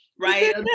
right